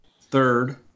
third